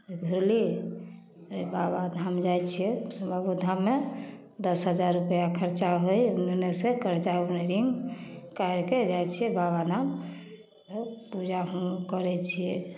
धयली चाहे बाबाधाम जाइ छियै तऽ बाबोधाममे दस हजार रुपैआ खर्चा होइ हइ एन्ने ओन्नसँ कर्जा आओर ऋण करि कऽ जाइ छियै बाबाधाम पूजा हम करै छियै